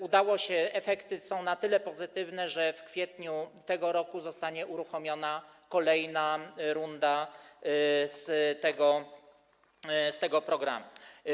Udało się, efekty są na tyle pozytywne, że w kwietniu tego roku zostanie uruchomiona kolejna runda tego programu.